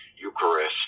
Eucharist